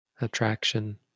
attraction